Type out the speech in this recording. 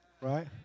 right